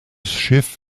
schiff